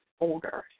older